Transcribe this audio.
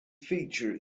feature